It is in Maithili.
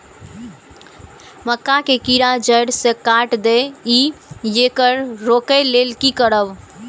मक्का के कीरा जड़ से काट देय ईय येकर रोके लेल की करब?